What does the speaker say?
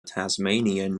tasmanian